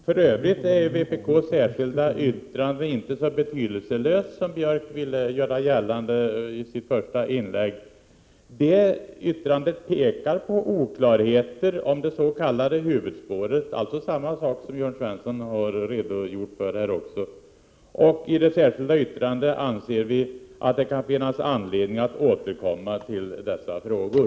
För övrigt är vpk:s särskilda yttrande inte så betydelselöst som Anders Björck ville göra gällande i sitt första inlägg. I detta yttrande pekar vi på oklarheter beträffande det s.k. huvudspåret, alltså samma sak som Jörn Svensson här har redogjort för. Vi anser att det kan finnas anledning att återkomma till dessa frågor.